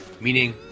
meaning